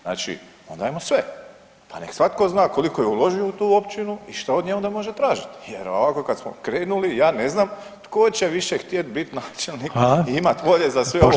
Znači onda ajmo sve, pa nek svatko zna koliko je uložio u tu općini i šta od nje onda može tražiti jer ovako kad smo krenuli ja ne znam tko će više htjeti biti načelnik i [[Upadica: Hvala.]] imat volje za sve ovo